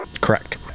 Correct